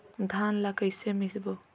धान ला कइसे मिसबो?